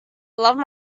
love